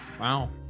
Wow